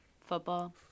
Football